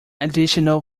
additional